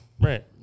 Right